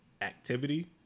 activity